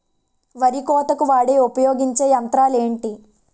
వరి కోతకు వాడే ఉపయోగించే యంత్రాలు ఏంటి?